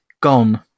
gone